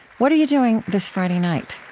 what are you doing this friday night?